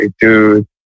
dude